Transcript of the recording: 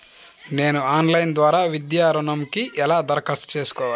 నేను ఆన్లైన్ ద్వారా విద్యా ఋణంకి ఎలా దరఖాస్తు చేసుకోవాలి?